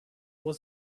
was